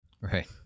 Right